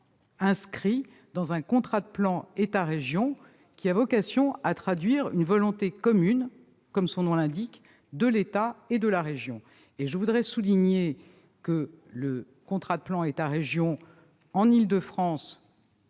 inscrits dans un contrat de plan État-région qui a vocation à traduire une volonté commune, comme son nom l'indique, de l'État et de la région. Je voudrais souligner que le contrat de plan État-région en Île-de-France